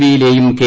V യിലെയും K